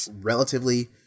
relatively